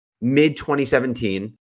mid-2017